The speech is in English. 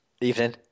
Evening